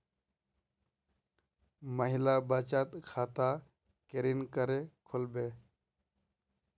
महिला बचत खाता केरीन करें खुलबे